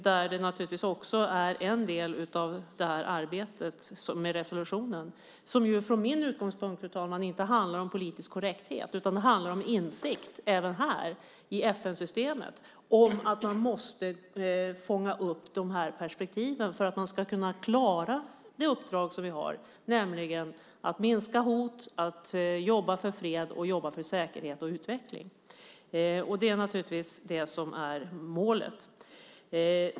Det är också en del av arbetet med resolutionen som, från min utgångspunkt, inte handlar om politisk korrekthet utan om insikt i FN-systemet om att man måste fånga upp detta för att man ska kunna klara det uppdrag som vi har, nämligen att minska hot och jobba för fred, säkerhet och utveckling. Det är målet.